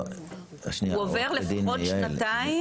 הוא עובר לפחות שנתיים.